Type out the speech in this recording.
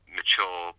mature